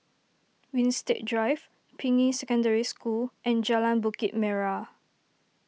Winstedt Drive Ping Yi Secondary School and Jalan Bukit Merah